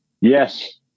Yes